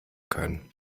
können